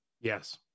yes